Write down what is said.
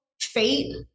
fate